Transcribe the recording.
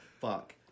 fuck